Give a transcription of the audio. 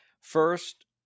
first